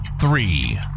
three